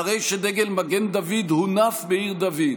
אחרי שדגל מגן דוד הונף בעיר דוד,